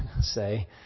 say